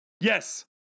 Yes